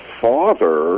father